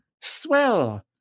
swell